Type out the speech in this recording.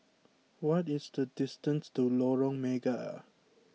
what is the distance to Lorong Mega